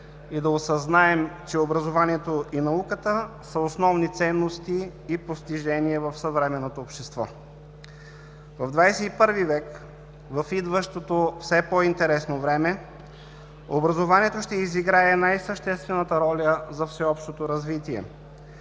и да осъзнаем, че образованието и науката са основни ценности и постижения в съвременното общество. В XXI век, в идващото все по-интересно време образованието ще изиграе най-съществената роля за всеобщото развитие.